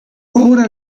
ora